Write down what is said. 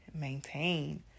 maintain